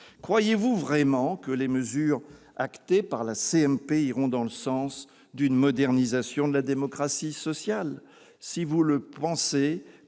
Croyez-vous vraiment que les mesures actées par la CMP iront dans le sens d'une modernisation de la démocratie sociale ?